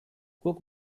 guk